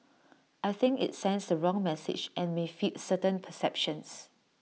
I think IT sends the wrong message and may feed certain perceptions